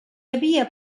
havia